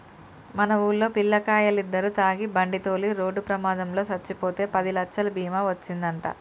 మన వూల్లో పిల్లకాయలిద్దరు తాగి బండితోలి రోడ్డు ప్రమాదంలో సచ్చిపోతే పదిలచ్చలు బీమా ఒచ్చిందంట